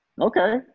Okay